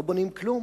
לא בונים כלום.